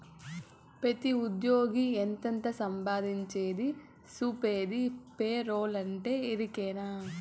పెతీ ఉజ్జ్యోగి ఎంతెంత సంపాయించేది సూపే పద్దతే పేరోలంటే, ఎరికనా